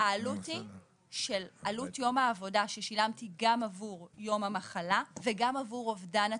היא עלות יום העבודה ששילמתי גם עבור יום המחלה וגם עבור אובדן התוצר.